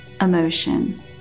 emotion